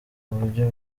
buryo